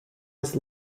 was